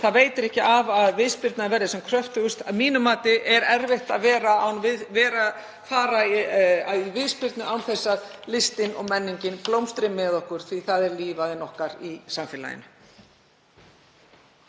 Það veitir ekki af að viðspyrnan verði sem kröftugust. Að mínu mati er erfitt að fara í viðspyrnu án þess að listir og menning blómstri með okkur því að það er lífæð í samfélaginu.